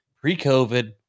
pre-COVID